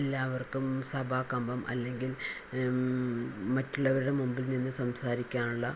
എല്ലാവർക്കും സഭാകമ്പം അല്ലെങ്കിൽ മറ്റുള്ളവരുടെ മുമ്പിൽ നിന്ന് സംസാരിക്കാനുള്ള